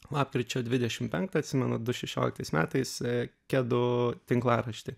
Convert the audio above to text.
lapkričio dvidešim penktą atsimenu du šešioliktais metais kedų tinklaraštį